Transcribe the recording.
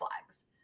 flags